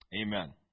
Amen